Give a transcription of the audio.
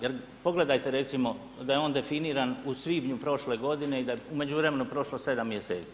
Jer pogledajte recimo, da je on definiran u svibnju prošle godine i da je u međuvremenu prošlo 7 mjeseci.